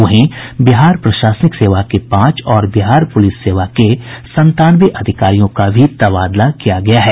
वहीं बिहार प्रशासनिक सेवा के पांच और बिहार पुलिस सेवा के संतानवे अधिकारियों का भी तबादला किया गया है